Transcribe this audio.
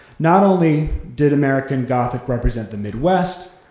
not only did american gothic represent the midwest,